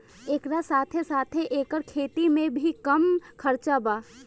एकरा साथे साथे एकर खेती में भी कम खर्चा बा